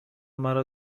مرا